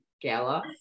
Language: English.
Gala